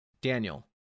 Daniel